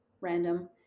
random